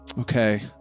Okay